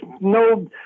no